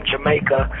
Jamaica